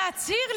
להצהיר,